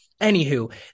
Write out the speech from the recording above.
Anywho